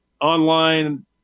online